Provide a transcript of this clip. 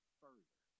further